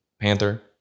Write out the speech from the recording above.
Panther